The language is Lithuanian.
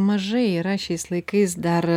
mažai yra šiais laikais dar